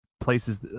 places